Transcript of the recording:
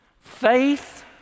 faith